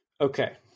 okay